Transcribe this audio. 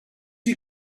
you